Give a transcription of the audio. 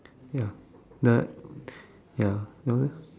ya the ya yours eh